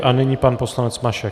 A nyní pan poslanec Mašek.